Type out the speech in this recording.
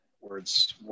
words